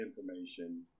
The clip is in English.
information